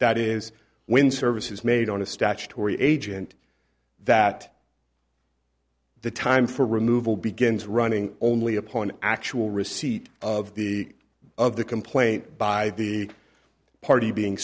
that is when service is made on a statutory agent that the time for removal begins running only upon actual receipt of the of the complaint by the party being